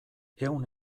ehun